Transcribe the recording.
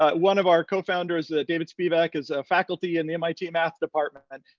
ah one of our co-founders, david spivak, is a faculty in the mit math department.